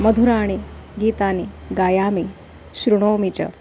मधुराणि गीतानि गायामि शृणोमि च